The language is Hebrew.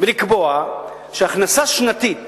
ולקבוע שהכנסה שנתית